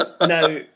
now